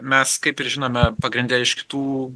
mes kaip ir žinome pagrinde iš kitų